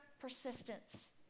persistence